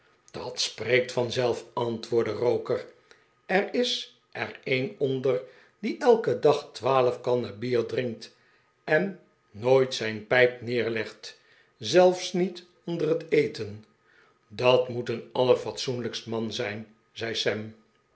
dat spreekt vanzelf antwoordde roker er is er een onder die elken dag twaalf kannen bier drinkt en nooit zijn pijp neerlegt zelfs niet onder het eten dat moet een allerfatsoenlijkst man zijn zei